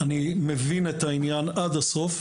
אני מבין את עניין הצורך